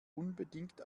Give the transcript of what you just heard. unbedingt